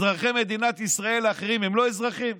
אזרחי מדינת ישראל האחרים הם לא אזרחים?